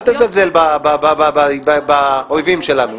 אל תזלזל באויבים שלנו.